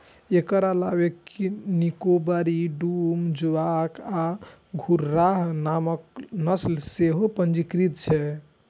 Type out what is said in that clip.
एकर अलावे निकोबारी, डूम, जोवॉक आ घुर्राह नामक नस्ल सेहो पंजीकृत छै